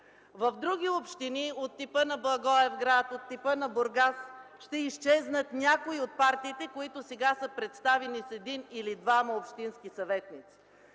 В други общини от типа на Благоевград, от типа на Бургас ще изчезнат някои от партиите, които сега са представени с един или двама общински съветници.